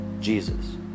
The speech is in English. Jesus